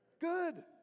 good